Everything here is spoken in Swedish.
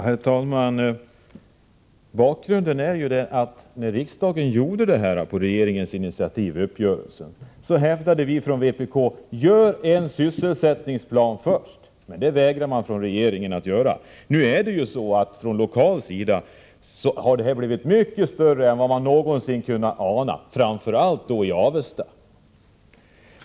Herr talman! Bakgrunden är ju den, att när riksdagen på regeringens initiativ träffade uppgörelsen hävdade vi från vpk att man först skulle utarbeta en sysselsättningsplan. Regeringen vägrade emellertid att göra det. Nedläggningarna har nu blivit mycket mera omfattande än man någonsin kunde ana, framför allt i Avesta.